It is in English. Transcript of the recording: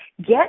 Get